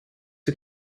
een